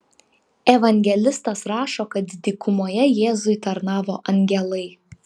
evangelistas rašo kad dykumoje jėzui tarnavo angelai